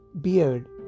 beard